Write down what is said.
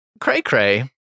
cray-cray